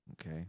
Okay